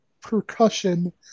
percussion